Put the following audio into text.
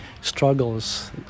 struggles